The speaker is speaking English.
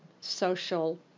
social